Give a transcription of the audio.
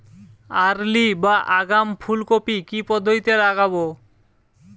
Early বা আগাম ফুল কপি কি পদ্ধতিতে লাগাবো?